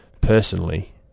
personally